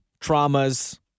traumas